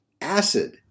acid